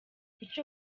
icyo